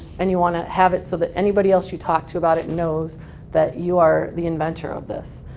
and you want to have it so that anybody else you talk to about it knows that you are the inventor of this.